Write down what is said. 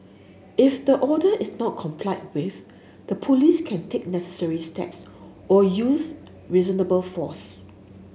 if the order is not complied with the Police can take necessary steps or use reasonable force